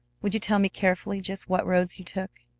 would you tell me carefully just what roads you took,